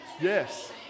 yes